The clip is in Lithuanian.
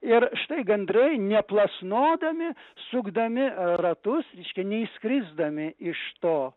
ir štai gandrai neplasnodami sukdami ratus reiškia neišskrisdami iš to